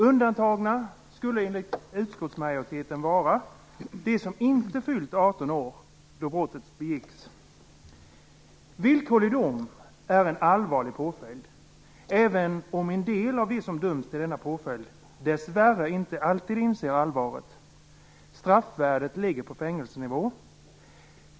Undantagna skulle enligt utskottsmajoriteten vara de som inte fyllt 18 år då brottet begicks. Villkorlig dom är en allvarlig påföljd även om en del av dem som döms till denna påföljd dess värre inte alltid inser allvaret. Straffvärdet ligger på fängelsenivå.